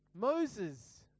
Moses